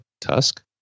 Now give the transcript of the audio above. tusk